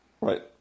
Right